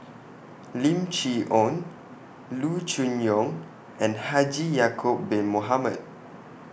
Lim Chee Onn Loo Choon Yong and Haji Ya'Acob Bin Mohamed